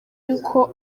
y’uko